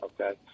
Okay